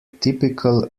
typical